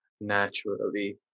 naturally